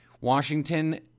Washington